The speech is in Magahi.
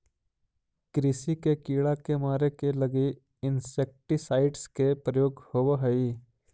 कृषि के कीड़ा के मारे के लगी इंसेक्टिसाइट्स् के प्रयोग होवऽ हई